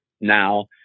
now